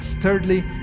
Thirdly